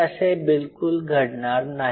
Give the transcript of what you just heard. हे असे बिलकुल घडणार नाही